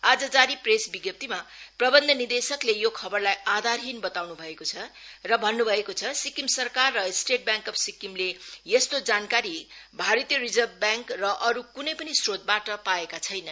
आज जारी प्रेस विज्ञाप्तीमा प्रबन्ध निर्देशकले यो खबरलाई आधारहीन बताउन् भएको छ र भन्नु भएको छ सिक्किम सरकार र स्टेट् ब्याङ्क अफ् सिक्किमले यस्तो जानकारी भारतीय रिजर्भ ब्याङ्क र अरू क्नै पनि स्रोतबाट पाएको छैन